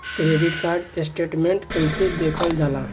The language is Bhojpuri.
क्रेडिट कार्ड स्टेटमेंट कइसे देखल जाला?